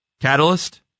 Catalyst